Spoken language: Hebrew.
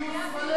מביאים גיוס מלא.